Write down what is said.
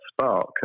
spark